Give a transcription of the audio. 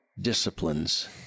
disciplines